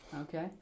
Okay